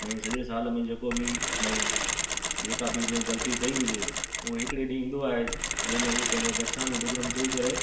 भई सॼे साल में जेको बि भई जेका बि भई ग़लती कई हुजे उहो हिकिड़े ॾींहुं ईंदो आहे जंहिंमें हू पंहिंजो गच्छामी दुग्ड़म चई करे